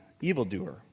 evildoer